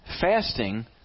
Fasting